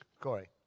Corey